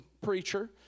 preacher